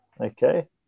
okay